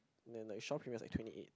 then like Shaw Premiere is like twenty eight